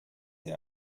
sie